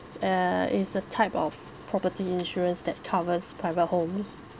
uh it's a type of property insurance that covers private homes